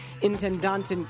intendant